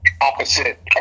opposite